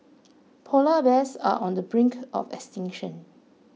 Polar Bears are on the brink of extinction